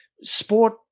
sport